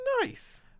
Nice